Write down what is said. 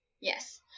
Yes